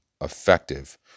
effective